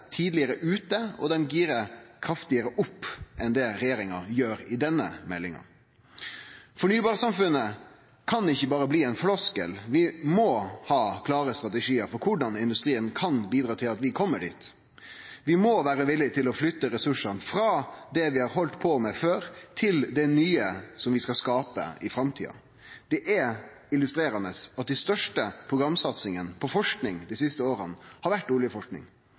tidlegare ute og dei girar kraftigare opp enn det regjeringa gjer i denne meldinga. Fornybarsamfunnet må ikkje berre bli ein floskel, vi må ha klare strategiar for korleis industrien kan bidra til at vi kjem dit. Vi må vere villige til å flytte ressursane frå det vi har halde på med før, til det nye som vi skal skape i framtida. Det er illustrerande at dei største programsatsingane på forsking dei siste åra har vore oljeforsking,